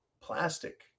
plastic